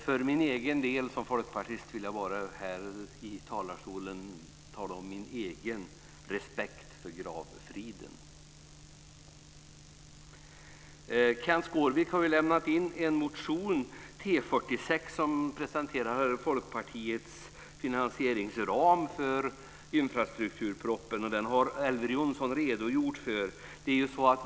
För min egen del vill jag bara säga att jag hyser respekt för gravfriden. Kenth Skårvik har lämnat in en motion, T46, som presenterar Folkpartiets finansieringsram för infrastrukturförslagen. Den har Elver Jonsson redogjort för.